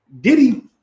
Diddy